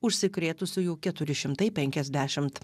užsikrėtusiųjų keturi šimtai penkiasdešimt